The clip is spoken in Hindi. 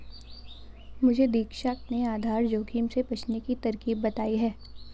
मुझे दीक्षा ने आधार जोखिम से बचने की तरकीब बताई है